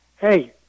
hey